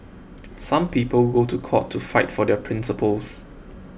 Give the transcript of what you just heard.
some people go to court to fight for their principles